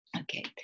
Okay